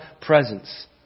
presence